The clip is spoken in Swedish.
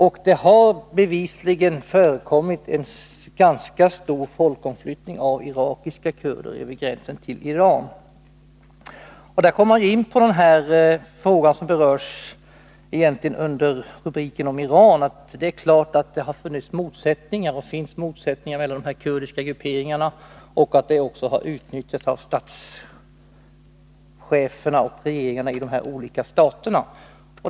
En ganska stor folkomflyttning av irakiska kurder har Nr 116 bevisligen förekommit över gränsen till Iran. Tisdagen den Då kommer vi in på en sak som egentligen berörs under den frågerubrik 12 april 1983 som gäller Iran. Det är klart att det har funnits, och finns, motsättningar mellan de olika kurdiska grupperingarna samt att det har utnyttjats av Om åtgärder för statscheferna och regeringarna i de olika staterna.